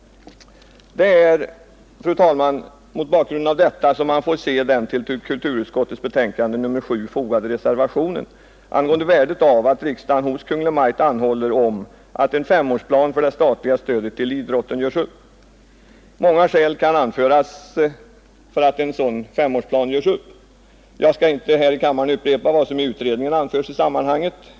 Det är, fru talman, mot bakgrunden av detta som man får se den till kulturutskottets betänkande nr 7 fogade reservationen angående värdet av att riksdagen hos Kungl. Maj:t anhåller om att en femårsplan för det statliga stödet till idrotten görs upp. Många skäl kan anföras för att en sådan femårsplan görs upp. Jag skall inte här i kammaren upprepa vad som i utredningen anförs i sammanhanget.